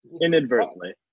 Inadvertently